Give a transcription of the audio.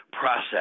process